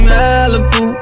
Malibu